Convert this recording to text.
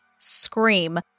scream